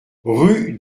rue